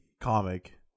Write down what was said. comic